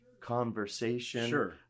conversation